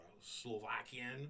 Slovakian